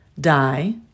Die